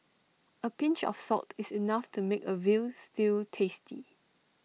A pinch of salt is enough to make A Veal Stew tasty